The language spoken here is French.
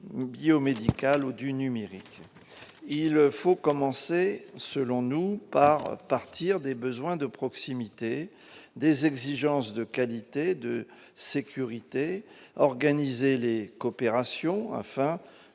biomédicales ou du numérique ? Selon nous, il faut partir des besoins de proximité, des exigences de qualité et de sécurité, organiser les coopérations, afin de